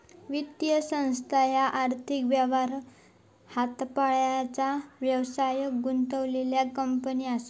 वित्तीय संस्था ह्या आर्थिक व्यवहार हाताळण्याचा व्यवसायात गुंतलेल्यो कंपनी असा